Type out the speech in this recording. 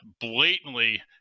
blatantly